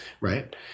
right